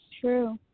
True